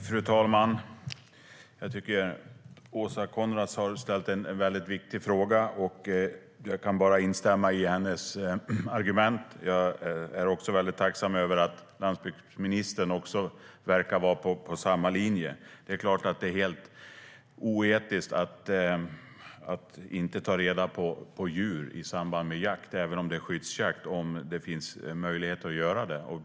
Fru talman! Åsa Coenraads har ställt en väldigt viktig fråga. Jag kan bara instämma i hennes argument. Jag är väldigt tacksam över att också landsbygdsministern verkar var på samma linje. Det är klart att det är helt oetiskt att inte ta reda på djur i samband med jakt även om det är skyddsjakt om det finns möjlighet att göra det.